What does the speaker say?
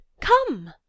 Come